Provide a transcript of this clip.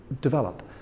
develop